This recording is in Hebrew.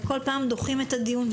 ובכל פעם דוחים את הדיון,